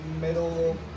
Middle